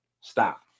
Stop